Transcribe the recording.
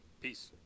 Peace